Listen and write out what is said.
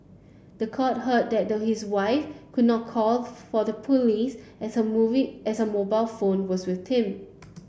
the court heard that his wife could not call for the police as her movie as her mobile phone was with him